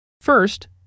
First